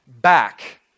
back